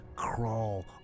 crawl